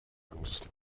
angst